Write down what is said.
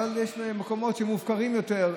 אבל יש מקומות מופקרים יותר.